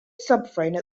subframe